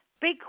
Big